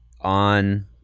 on